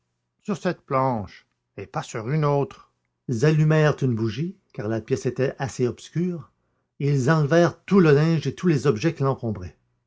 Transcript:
sur cette planche et pas sur une autre ils allumèrent une bougie car la pièce était assez obscure et ils enlevèrent tout le linge et tous les objets qui l'encombraient